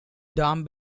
dam